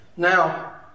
now